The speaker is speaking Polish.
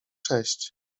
sześć